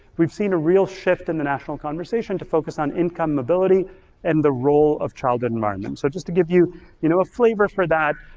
we've seen a real shift in the national conversation to focus on income mobility and the role of childhood environment. so just to give you you know a flavor for that,